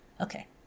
Okay